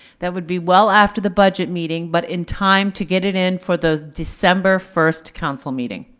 that would be well after the budget meeting, but in time to get it in for those december first council meeting.